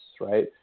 Right